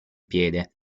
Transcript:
piede